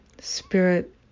spirit